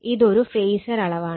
ഇതൊരു ഫേസർ അളവാണ്